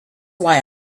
why